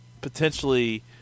potentially